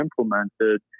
implemented